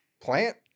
plant